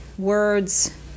Words